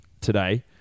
today